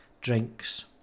drinks